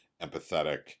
empathetic